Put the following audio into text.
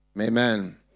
Amen